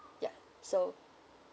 ya so